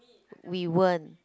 we weren't